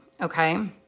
okay